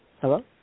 Hello